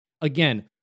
again